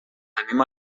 anem